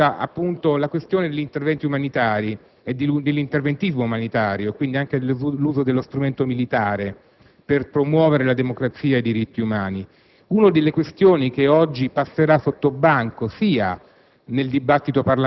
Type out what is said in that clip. Per quanto riguarda la questione dell'interventismo umanitario e, quindi, dell'uso dello strumento militare per promuovere la democrazia e i diritti umani, una delle questioni che oggi passerà sotto banco, sia